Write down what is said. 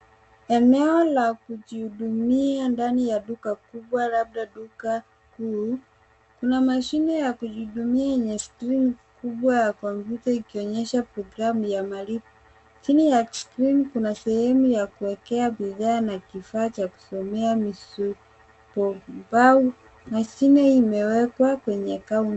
Eneo la kujihudumia ndani ya duka kubwa labda duka kuu, kuna mashine ya kujihudumia yenye screen kubwa ya kompyuta ikionyesha programu ya malipo. Chini ya screen kuna sehemu ya kuwekea bidhaa na kifaa cha kusomea msimpo mbau. Mashine imewekwa kwenye gau.